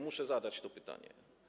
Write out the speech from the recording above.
Muszę zadać to pytanie.